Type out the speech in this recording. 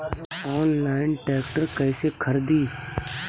Online tractor कैसे खरदी?